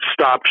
stop